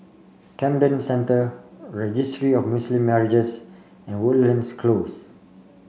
Camden Centre Registry of Muslim Marriages and Woodlands Close